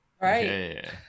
Right